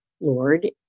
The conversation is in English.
Lord